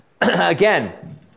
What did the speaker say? again